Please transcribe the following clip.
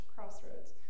Crossroads